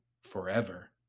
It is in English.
forever